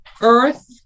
Earth